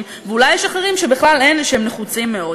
ואולי יש אחרים בכלל אלה שהם נחוצים מאוד.